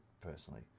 personally